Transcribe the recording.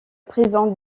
présente